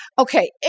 Okay